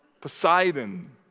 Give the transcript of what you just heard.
Poseidon